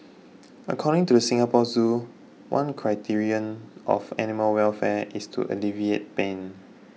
according to the Singapore Zoo one criterion of animal welfare is to alleviate pain